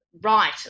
right